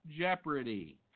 Jeopardy